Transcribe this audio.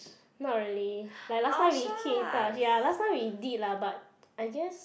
not really like last time we keep in touch ya last time we did lah but I guess